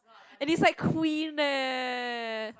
and it's like Queen eh